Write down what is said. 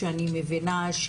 שאני מבינה,